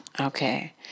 Okay